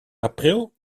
april